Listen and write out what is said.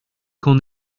qu’en